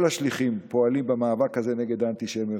כל השליחים פועלים במאבק הזה נגד האנטישמיות.